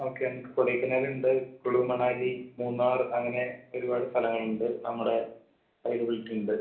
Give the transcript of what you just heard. okay നമുക്ക് കൊടൈക്കനാലുണ്ട് കുളുമണാലി മൂന്നാർ അങ്ങനെ ഒരുപാട് സ്ഥലങ്ങളുണ്ട് നമ്മുടെ അവൈലബിലിറ്റി ഉണ്ട്